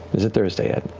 is it thursday yet?